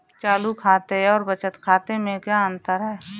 चालू खाते और बचत खाते में क्या अंतर है?